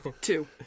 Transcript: Two